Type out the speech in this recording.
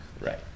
Right